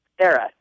era